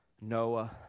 Noah